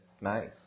nice